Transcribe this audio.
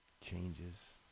changes